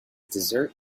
dessert